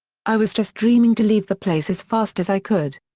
i was just dreaming to leave the place as fast as i could.